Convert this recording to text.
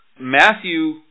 Matthew